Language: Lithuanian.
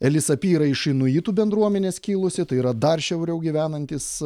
elisapi yra iš inuitų bendruomenės kilusi tai yra dar šiauriau gyvenantys